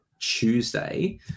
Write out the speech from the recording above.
Tuesday